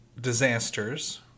disasters